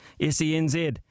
S-E-N-Z